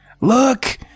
Look